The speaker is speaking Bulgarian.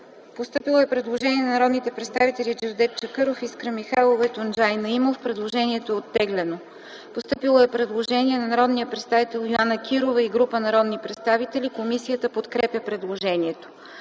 постъпило предложение на народните представители Джевдет Чакъров, Искра Михайлова и Тунджай Наимов. Предложението е оттеглено. Предложение на Йоана Кирова и група народни представители. Комисията подкрепя предложението.